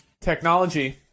Technology